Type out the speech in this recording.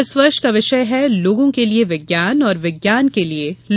इस वर्ष का विषय है लोगों के लिए विज्ञान और विज्ञान के लिए लोग